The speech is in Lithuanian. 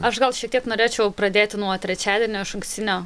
aš gal šiek tiek norėčiau pradėti nuo trečiadienio išankstinio